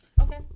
Okay